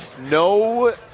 No